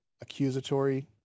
accusatory